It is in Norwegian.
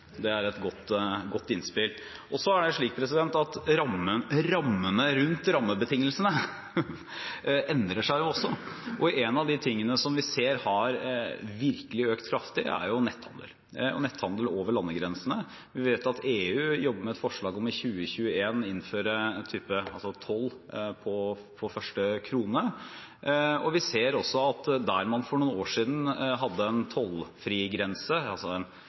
Det er et godt innspill. Rammene rundt rammebetingelsene endrer seg også, og en av de tingene vi ser har virkelig økt kraftig, er netthandel og netthandel over landegrensene. Vi vet at EU jobber med et forslag om i 2021 å innføre moms fra første krone. Vi ser også at der man for noen år siden hadde en tollfrigrense – altså